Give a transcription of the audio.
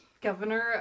governor